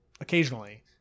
occasionally